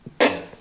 Yes